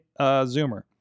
Zoomer